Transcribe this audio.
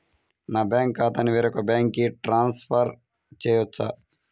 నా బ్యాంక్ ఖాతాని వేరొక బ్యాంక్కి ట్రాన్స్ఫర్ చేయొచ్చా?